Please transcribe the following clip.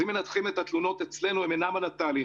אם מנתחים את התלונות אצלנו, הן אינן על התהליך.